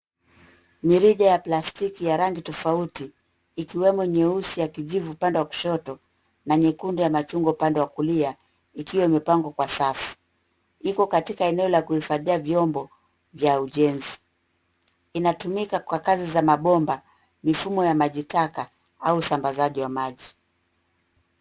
Mirija ya plastiki ya rangi tofauti, ikiwemo nyeusi ya kijivu, upande wa kushoto, na nyekundu ya machungwa upande wa kulia, ikiwa imepangwa kwa safu. Iko katika eneo la kuhifadhia vyombo vya ujenzi. Inatumika kwa kazi za mabomba, mifumo ya maji taka, au usambazaji wa maji.